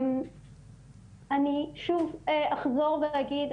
אני שוב אחזור ואגיד,